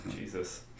Jesus